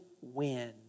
win